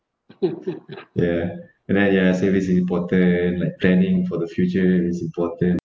ya and then ya I said this is important like planning for the future is important